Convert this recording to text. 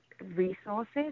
resources